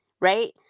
right